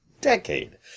decade